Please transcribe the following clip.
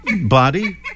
body